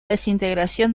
desintegración